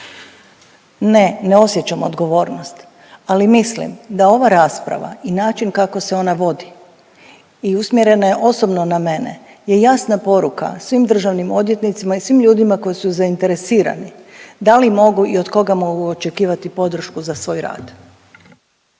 Ne, ne osjećam odgovornost, ali mislim da ova rasprava i način kako se ona vodi i usmjerena je osobno na mene je jasna poruka svim državnim odvjetnicima i svim ljudima koji su zainteresirani, da li mogu i od koga mogu očekivati podršku za svoj rad.